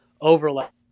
overlap